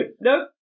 Nope